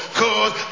cause